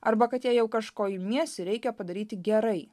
arba kad jei jau kažko imiesi reikia padaryti gerai